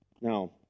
Now